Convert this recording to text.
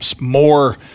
more